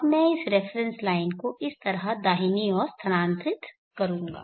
अब मैं इस रेफरेन्स लाइन को इस तरह दाहिनी ओर स्थानांतरित करूँगा